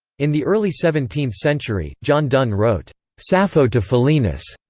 in the early seventeenth century, john donne wrote sapho to philaenis,